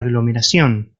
aglomeración